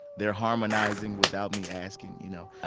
they're harmonizing without me asking, you know?